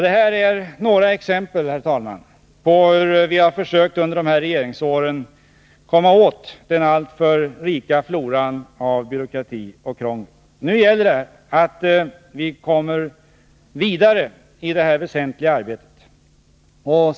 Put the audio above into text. Detta är några exempel, herr talman, på hur vi under våra regeringsår har försökt komma åt den alltför rika floran av byråkrati och krångel. Nu gäller det att vi kommer vidare i detta väsentliga arbete.